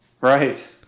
Right